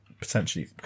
Potentially